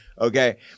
Okay